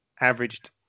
averaged